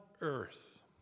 earth